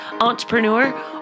Entrepreneur